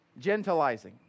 Gentilizing